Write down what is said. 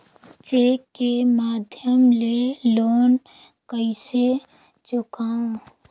Cheque के माध्यम ले लोन कइसे चुकांव?